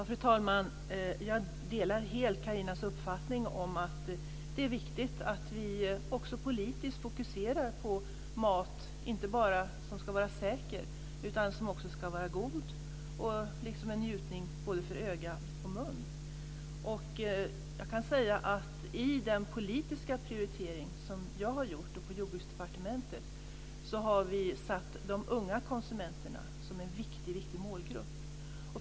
Fru talman! Jag delar helt Carinas uppfattning om att det är viktigt att vi också politiskt fokuserar på mat. Det gäller inte bara att maten ska vara säker utan också att den ska vara god, en njutning både för öga och mun. Jag kan säga att i den politiska prioritering som jag och vi på Jordbruksdepartementet har gjort, har vi satt upp de unga konsumenterna som en viktig målgrupp.